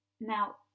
Now